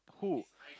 who